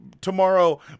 tomorrow